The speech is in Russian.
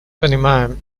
понимаем